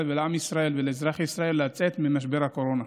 ולעם ישראל ולאזרחי ישראל לצאת ממשבר הקורונה,